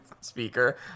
speaker